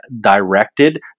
directed